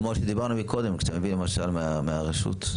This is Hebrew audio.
כמו שדיברנו קודם, תביאי למשל מהרשות.